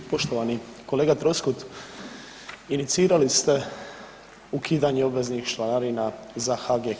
Poštovani kolega Troskot, inicirali ste ukidanje obveznih članarina za HGK.